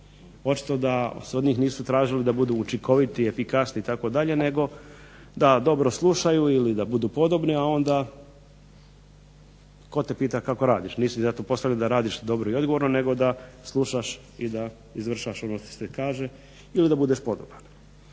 pošto da nisu bili učinkoviti efikasniji itd., da dobro slušaju i da budu podobni a onda tko te pita kako radiš, nisi zato postavljen da radiš dobro i odgovorno nego da slušaš i da izvršavaš ono što ti se kaže ili da budeš podoban.